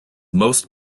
most